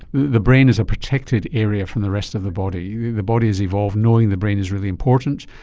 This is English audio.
the brain is a protected area from the rest of the body, the the body has evolved knowing the brain is really important,